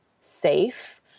safe